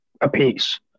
apiece